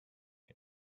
him